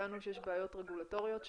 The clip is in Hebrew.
הבנו שיש בעיות רגולטוריות שונות,